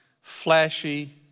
flashy